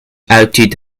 outed